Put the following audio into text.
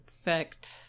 effect